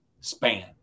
span